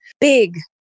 big